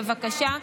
בבקשה.